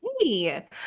hey